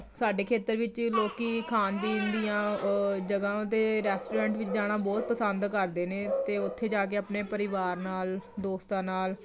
ਸਾਡੇ ਖੇਤਰ ਵਿੱਚ ਲੋਕ ਖਾਣ ਪੀਣ ਦੀਆਂ ਜਗ੍ਹਾਵਾਂ 'ਤੇ ਰੈਸਟੋਰੈਂਟ ਵਿੱਚ ਜਾਣਾ ਬਹੁਤ ਪਸੰਦ ਕਰਦੇ ਨੇ ਅਤੇ ਉੱਥੇ ਜਾ ਕੇ ਆਪਣੇ ਪਰਿਵਾਰ ਨਾਲ ਦੋਸਤਾਂ ਨਾਲ